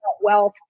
wealth